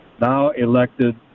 now-elected